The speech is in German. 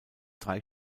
drei